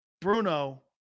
Bruno